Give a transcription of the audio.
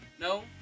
No